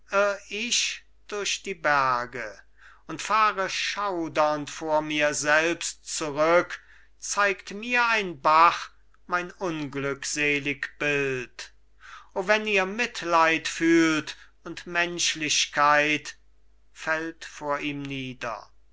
ich durch die berge und fahre schaudernd vor mir selbst zurück zeigt mir ein bach mein unglückselig bild o wenn ihr mitleid fühlt und menschlichkeit fällt vor ihm nieder